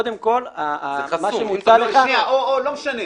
קודם כול, מה שמוצע לך --- לא משנה.